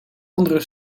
andere